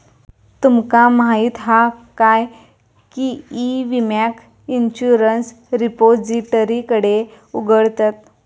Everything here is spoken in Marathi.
तुमका माहीत हा काय की ई विम्याक इंश्युरंस रिपोजिटरीकडे उघडतत